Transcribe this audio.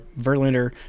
Verlander